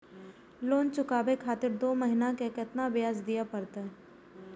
Loan चुकाबे खातिर दो महीना के केतना ब्याज दिये परतें?